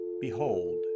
Behold